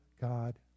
God